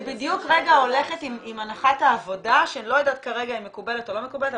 אני הולכת עם הנחת העבודה שאני לא יודעת אם היא מקובלת או לא מקובלת,